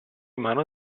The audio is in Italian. mano